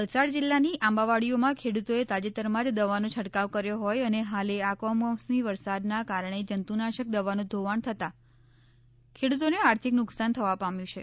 વલસાડ જિલ્લાની આંબાવાડીઓમાં ખેડૂતોએ તાજેતરમાં જ દવાનો છટકાવ કર્યો હોય અને હાલે આ કમોસમી વરસાદના કારણે જંતુનાશક દવાનું ધોવાણ થતા ખેડૂતોને આર્થિક નુકશાન થવા પામ્યું છે